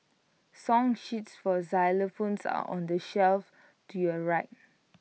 song sheets for xylophones are on the shelf to your right